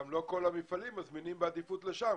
גם לא כל המפעלים מזמינים עם עדיפות לשם.